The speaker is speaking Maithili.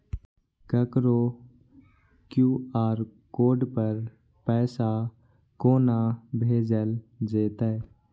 ककरो क्यू.आर कोड पर पैसा कोना भेजल जेतै?